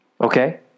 Okay